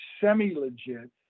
semi-legit